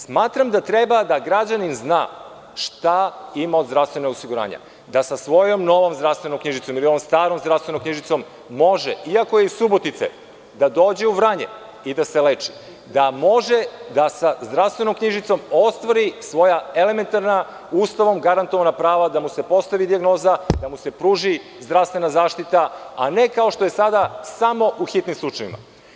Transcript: Smatram da treba da građanin zna šta ima od zdravstvenog osiguranja, da sa svojom novom zdravstvenom knjižicom ili ovom starom zdravstvenom knjižicom može iako je iz Subotice da dođe u Vranje i da se leči, da može da sa zdravstvenom knjižicom ostvari svoja elementarna Ustavom garantovana prava da mu se postavi dijagnoza, da mu se pruži zdravstvena zaštita, a ne kao što je sada, samo u hitnim slučajevima.